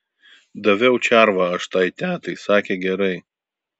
daviau červą aš tai tetai sakė gerai